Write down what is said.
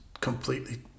completely